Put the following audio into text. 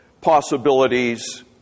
possibilities